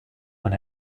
when